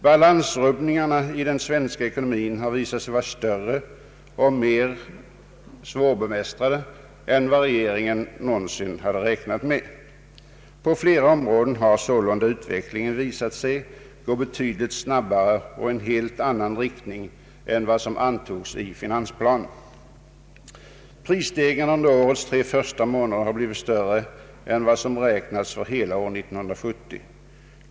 Balansrubbningarna i den svenska ekonomin har visat sig vara större och mer svårbemästrade än vad regeringen någonsin hade räknat med. På flera områden har sålunda utvecklingen visat sig gå betydligt snabbare och i en helt annan riktning än vad som antytts i finansplanen, Prisstegringarna under årets tre första månader har blivit större än vad som beräknades för hela år 1970.